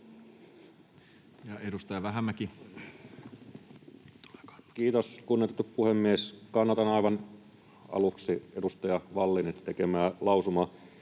edustaja Vähämäki. Kiitos, kunnioitettu puhemies! Kannatan aivan aluksi edustaja Vallinin tekemää lausumaehdotusta,